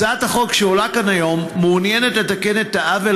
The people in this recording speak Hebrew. הצעת החוק שעולה כאן היום מעוניינת לתקן את העוול